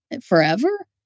forever